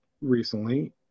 recently –